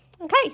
Okay